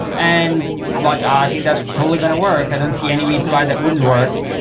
and like i think that's totally going to work. i don't see any reason why that wouldn't work.